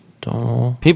People